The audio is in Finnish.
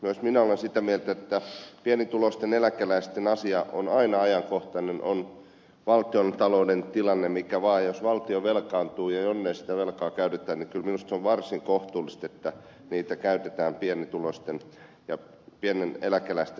myös minä olen sitä mieltä että pienituloisten eläkeläisten asia on aina ajankohtainen on valtionta louden tilanne mikä vaan ja jos valtio velkaantuu ja jollei sitä velkaa käytetä niin kyllä minusta se on varsin kohtuullista että sitä käytetään pienituloisten eläkeläisten olojen parantamiseksi